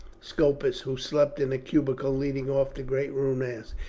scopus, who slept in a cubicule leading off the great room, asked.